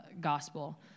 Gospel